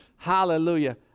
hallelujah